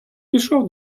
пішов